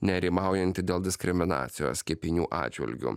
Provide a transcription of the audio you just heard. nerimaujanti dėl diskriminacijos kepinių atžvilgiu